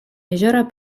jeziora